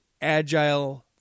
agile